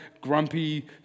grumpy